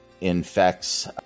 infects